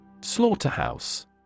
Slaughterhouse